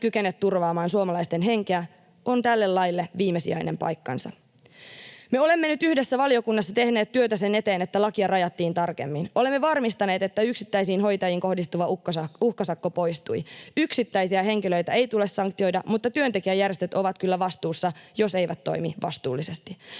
kykene turvaamaan suomalaisten henkeä, on tälle laille viimesijainen paikkansa. Me olemme nyt valiokunnassa yhdessä tehneet työtä sen eteen, että lakia rajattiin tarkemmin. Olemme varmistaneet, että yksittäisiin hoitajiin kohdistuva uhkasakko poistui. Yksittäisiä henkilöitä ei tule sanktioida, mutta työntekijäjärjestöt ovat kyllä vastuussa, jos eivät toimi vastuullisesti.